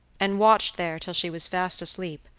and watched there till she was fast asleep.